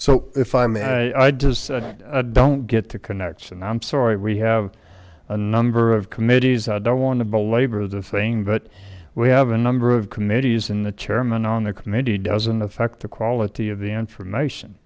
so if i may i just don't get the connection i'm sorry we have a number of committees i don't want to belabor the thing but we have a number of committees in the chairmen on the committee doesn't affect the quality of the information